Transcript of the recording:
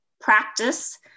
practice